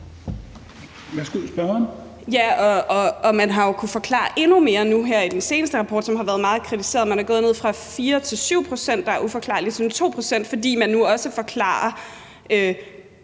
Man har jo kunnet forklare endnu mere nu her i den seneste rapport, som har været meget kritiseret. Man er gået fra 4 til 7 pct., der er uforklarligt, ned til 2 pct., fordi man nu også forklarer